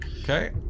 Okay